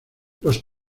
los